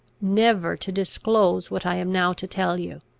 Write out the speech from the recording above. never to disclose what i am now to tell you.